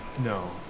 No